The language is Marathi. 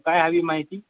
काय हवी माहिती